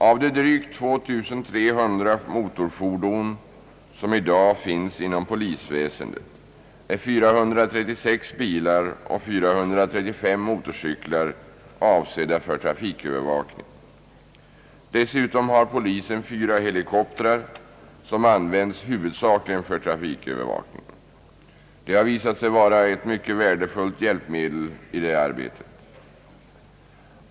Av de drygt 2300 motorfordon som i dag finns inom polisväsendet är 436 bilar och 435 motorcyklar avsedda för trafikövervakning. Dessutom har polisen 4 helikoptrar, som används huvudsakligen för trafikövervakning. De har visat sig vara ett mycket värdefullt hjälpmedel i detta arbete.